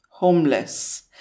homeless